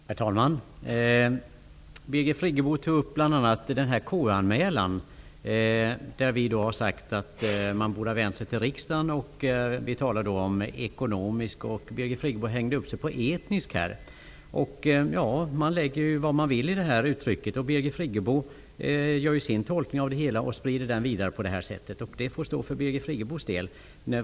Herr talman! Birgit Friggebo tog upp bl.a. KU anmälan, där vi har sagt att man borde ha vänt sig till riksdagen. Vi använder orden ekonomisk och etnisk, och Birgit Friggebo hängde upp sig på etnisk. Ja, man lägger ju vad man vill i det uttrycket, och Birgit Friggebo gör sin tolkning och sprider den vidare. Det får stå för Birgit Friggebos del.